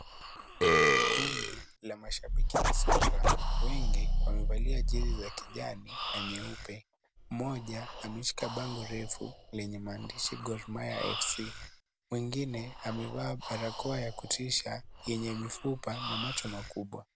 Kundi la mashabiki wa soka wengi wamevalia jezi za kijani na nyeupe, moja ameshika bango refu lenye maandishi Gormahia FC mwingine amevaa barakoa ya kutisha yenye mifupa na macho makubwa.